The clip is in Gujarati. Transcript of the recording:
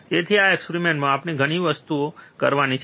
તેથી આ એક્સપેરિમેન્ટમાં આપણે ઘણી વસ્તુઓ કરવાની છે